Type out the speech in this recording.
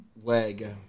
leg